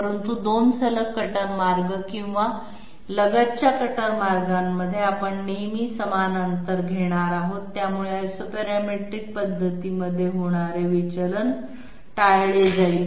परंतु 2 सलग कटर मार्ग किंवा लगतच्या कटर मार्गांमध्ये आपण नेहमी समान अंतर घेणार आहोत त्यामुळे आयसोपॅरेमेट्रिक पद्धतीमध्ये होणारे विचलन टाळले जाईल